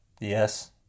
Yes